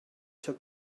took